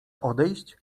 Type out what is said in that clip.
odejść